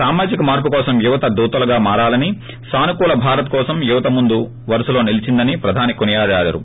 సామాజిక మార్పు కోసం యువత దూతలుగా మారారని సానుకూల భారత్ కోసం యువత ముందు వరుసలో నిలీచిందని ప్రధాని కొనియాడారు